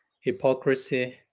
hypocrisy